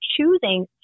choosing